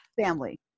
family